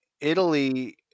Italy